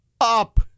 up